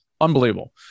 Unbelievable